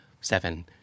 seven